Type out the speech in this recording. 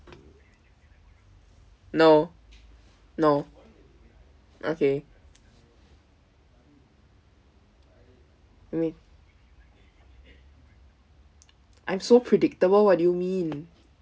no no okay okay I'm so predictable what do you mean